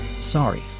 Sorry